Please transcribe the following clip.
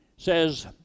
Says